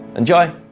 enjoy!